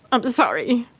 i'm sorry.